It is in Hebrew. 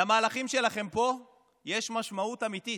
למהלכים שלכם פה יש משמעות אמיתית,